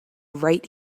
right